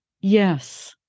Yes